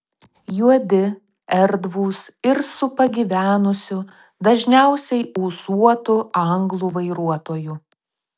juodi erdvūs ir su pagyvenusiu dažniausiai ūsuotu anglu vairuotoju